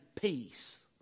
peace